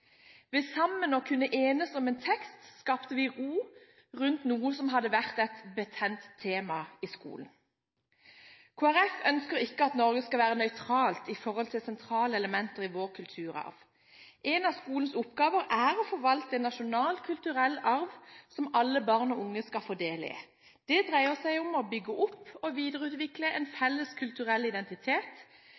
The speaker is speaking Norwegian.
enes om en tekst skapte vi ro rundt noe som hadde vært et betent tema i skolen. Kristelig Folkeparti ønsker ikke at Norge skal være nøytralt når det gjelder sentrale elementer i vår kulturarv. En av skolens oppgaver er å forvalte en nasjonal kulturell arv som alle barn og unge skal få del i. Det dreier seg om å bygge opp og videreutvikle en felles kulturell identitet,